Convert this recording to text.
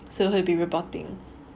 so we'll be reporting